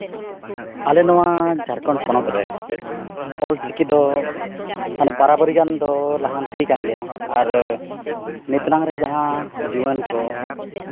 ᱟᱞᱮ ᱱᱚᱣᱟ ᱡᱷᱟᱲᱠᱷᱚᱸᱰ ᱯᱚᱱᱚᱛ ᱨᱮ ᱚᱞᱪᱤᱠᱤ ᱫᱚ ᱵᱟᱨᱟᱵᱟᱹᱨᱤ ᱜᱟᱱ ᱫᱚ ᱞᱟᱦᱟᱱᱛᱤ ᱟᱠᱟᱱ ᱜᱮᱭᱟ ᱟᱨ ᱱᱤᱛ ᱱᱟᱝ ᱨᱮ ᱡᱟᱦᱟᱸ ᱡᱩᱣᱟᱹᱱ ᱠᱚ